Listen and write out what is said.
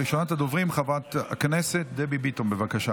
ראשונת הדוברים, חברת הכנסת דבי ביטון, בבקשה.